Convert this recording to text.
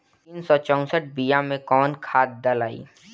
तीन सउ चउसठ बिया मे कौन खाद दलाई?